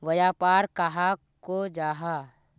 व्यापार कहाक को जाहा?